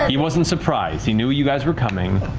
he wasn't surprised. he knew you guys were coming.